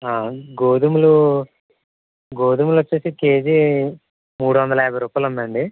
గోధుమలు గోధుమలు వచ్చి కేజీ మూడు వందల యాభై రూపాయలు ఉందండి